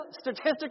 statistically